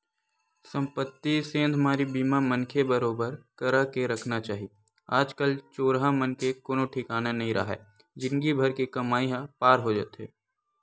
संपत्ति सेंधमारी बीमा मनखे बरोबर करा के रखना चाही आज कल चोरहा मन के कोनो ठिकाना नइ राहय जिनगी भर के कमई ह पार हो जाथे